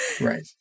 Right